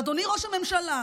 אדוני ראש הממשלה,